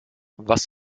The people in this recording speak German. was